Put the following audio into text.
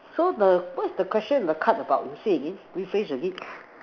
so the what's the question the card about you say again rephrase again